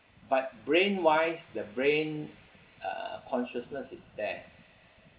but brain-wise the brain uh consciousness is there